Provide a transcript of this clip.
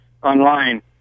online